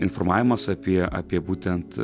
informavimas apie apie būtent